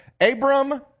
Abram